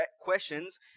questions